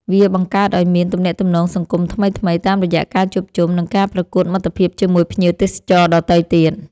វាបង្កើតឱ្យមាន ទំនាក់ទំនងសង្គមថ្មីៗតាមរយៈការជួបជុំ និងការប្រកួតមិត្តភាពជាមួយភ្ញៀវទេសចរដទៃទៀត។